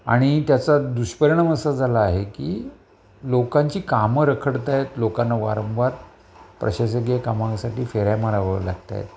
आणि त्याचा दुष्परिणाम असा झाला आहे की लोकांची कामं रखडतायेत लोकांना वारंवार प्रशासगीय कामासाठी फेऱ्या मारावं लागतायत